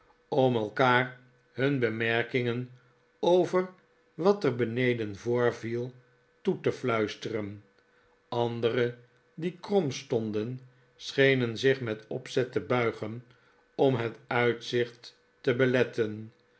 om elkaar hun bemerkingen over wat er beneden voorviel toe te fluisteren andere die krom stonden schenen zich met opzet te buigen om het uitzicht te beletten